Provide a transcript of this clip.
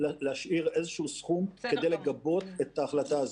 להשאיר איזשהו סכום כדי לגבות את ההחלטה הזאת,